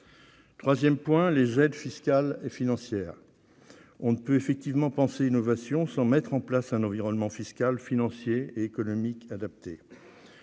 réorienter les aides fiscales et financières. On ne peut en effet penser innovation sans mettre en place un environnement fiscal, financier et économique adapté.